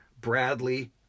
Bradley